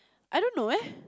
I don't know eh